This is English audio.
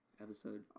episode